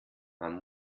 man